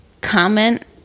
comment